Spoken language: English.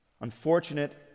unfortunate